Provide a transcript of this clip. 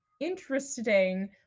interesting